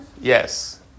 Yes